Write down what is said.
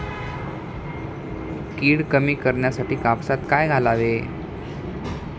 कीड कमी करण्यासाठी कापसात काय घालावे?